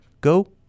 Go